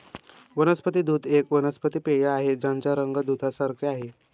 वनस्पती दूध एक वनस्पती पेय आहे ज्याचा रंग दुधासारखे आहे